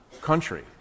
country